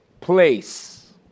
place